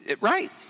Right